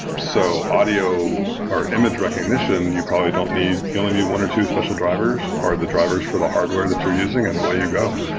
so audio or image recognition, you probably don't need you only need one or two special drivers or the drivers for the hardware that you're using and way you go.